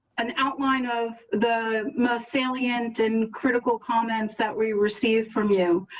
an outline of the most salient and critical comments that we received from you.